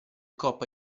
coppa